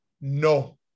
No